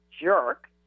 jerk